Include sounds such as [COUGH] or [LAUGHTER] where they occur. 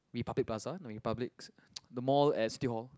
Republic Plaza no republics [NOISE] the mall at City Hall